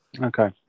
Okay